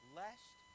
lest